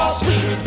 sweet